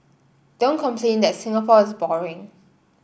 don't complain that Singapore is boring